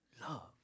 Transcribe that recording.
Love